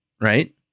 right